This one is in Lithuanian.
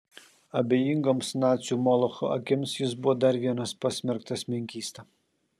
abejingoms nacių molocho akims jis buvo dar vienas pasmerktas menkysta